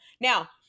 Now